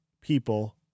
people